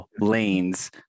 lanes